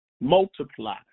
multiply